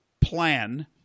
plan